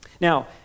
Now